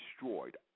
destroyed